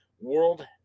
world